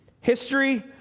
History